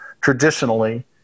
traditionally